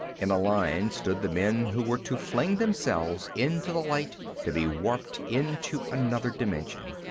in a line stood the men who were to fling themselves into the light to be warped into another dimension,